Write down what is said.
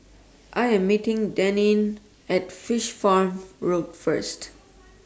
I Am meeting Deneen At Fish Farm Road First